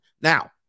now